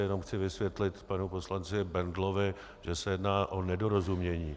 Jenom chci vysvětlit panu poslanci Bendlovi, že se jedná o nedorozumění.